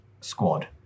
squad